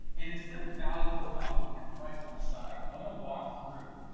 and instead of value at the bottom and price on the side, i wanna walkthrough